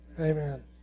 Amen